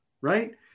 right